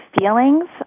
feelings